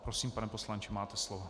Prosím, pane poslanče, máte slovo.